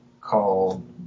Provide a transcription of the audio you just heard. called